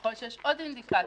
ויכול להיות שיש עוד אינדיקציות.